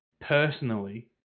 personally